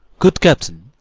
good captain,